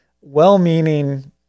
well-meaning